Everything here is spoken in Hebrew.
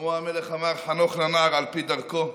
ששלמה המלך אמר "חנך לנער על פי דרכו",